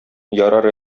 ярар